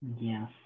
Yes